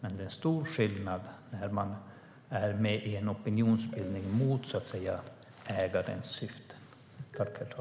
Det är dock stor skillnad när man är med i en opinionsbildning mot ägarens syfte, så att säga.